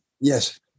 Yes